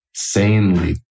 insanely